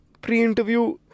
pre-interview